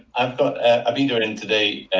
i've got ah obeda in today,